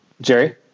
Jerry